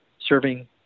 serving